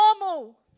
normal